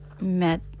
met